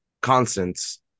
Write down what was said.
constants